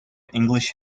english